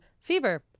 fever